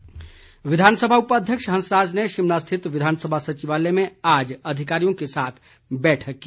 हंसराज विधानसभा उपाध्यक्ष हंसराज ने शिमला स्थित विधानसभा सचिवालय में आज अधिकारियों के साथ बैठक की